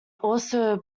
also